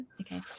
okay